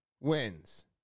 wins